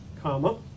comma